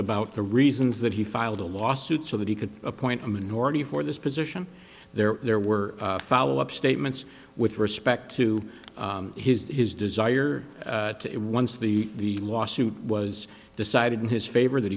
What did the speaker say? about the reasons that he filed a lawsuit so that he could appoint a minority for this position there there were follow up statements with respect to his his desire to it once the lawsuit was decided in his favor that